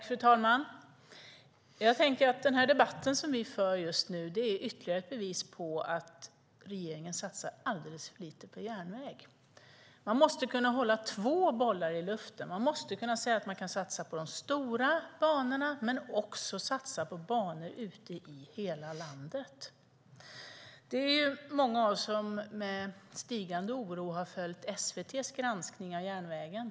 Fru talman! Jag tänker att den debatt som vi för just nu är ytterligare ett bevis på att regeringen satsar alldeles för lite på järnvägen. Man måste kunna hålla två bollar i luften. Man måste kunna säga att man kan satsa på de stora banorna men också satsa på banor ute i hela landet. Många av oss har med stigande oro följt SVT:s granskning av järnvägen.